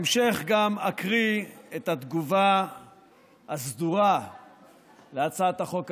אקריא את התגובה הסדורה להצעת החוק הזאת.